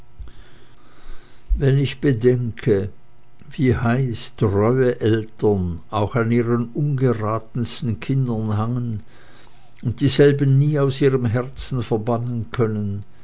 wenn ich bedenke wie heiß treue eltern auch an ihren ungeratensten kindern hangen und dieselben nie aus ihrem herzen verbannen können